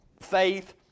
faith